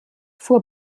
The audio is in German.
fuhr